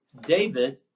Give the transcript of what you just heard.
David